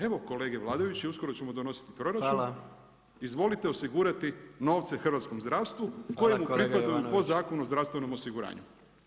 Evo kolege vladajući, uskoro ćemo donositi proračun [[Upadica predsjednik: Hvala.]] izvolite osigurati novce hrvatskom zdravstvu koji mu pripadaju po Zakonu o zdravstvenom osiguranju.